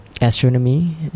Astronomy